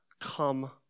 Come